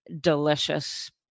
delicious